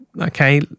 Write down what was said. okay